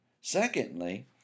Secondly